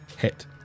Hit